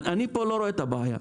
אני לא רואה פה את הבעיה.